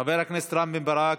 חבר הכנסת רם בן ברק,